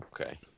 Okay